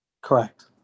Correct